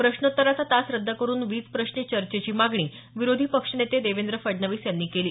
प्रश्नोत्तराचा तास रद्द करुन वीज प्रश्नी चर्चेची मागणी विरोधी पक्षनेते देवेंद्र फडणवीस यांनी केली